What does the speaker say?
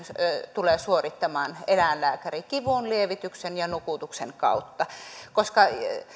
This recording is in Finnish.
tulee suorittamaan eläinlääkäri kivunlievityksen ja nukutuksen kautta koska